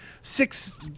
six